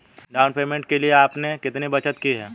Down payment के लिए आपने कितनी बचत की है?